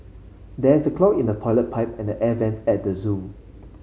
there is a clog in the toilet pipe and the air vents at the zoo